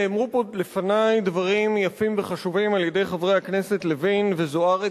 נאמרו פה לפני דברים יפים וחשובים על-ידי חברי הכנסת לוין וזוארץ,